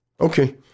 Okay